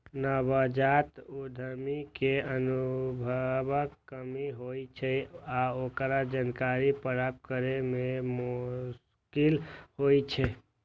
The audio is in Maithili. नवजात उद्यमी कें अनुभवक कमी होइ छै आ ओकरा जानकारी प्राप्त करै मे मोश्किल होइ छै